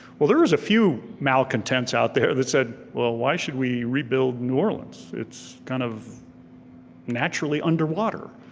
well there was a few malcontents out there that said well, why should we rebuild new orleans? it's kind of naturally underwater.